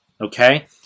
okay